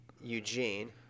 Eugene